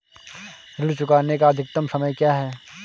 ऋण चुकाने का अधिकतम समय क्या है?